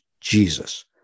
Jesus